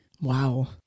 Wow